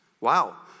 Wow